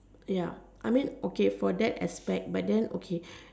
ya I mean okay for that aspect but then okay